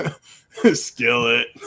Skillet